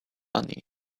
money